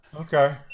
Okay